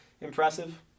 impressive